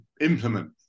implement